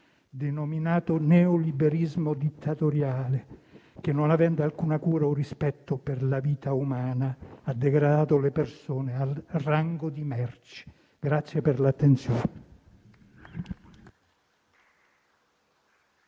denominato neoliberismo dittatoriale che, non avendo alcuna cura o rispetto per la vita umana, ha degradato le persone al rango di merci. Grazie per l'attenzione.